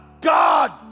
God